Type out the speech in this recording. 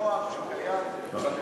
נוהל שקיים בכנסת.